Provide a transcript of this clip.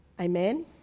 Amen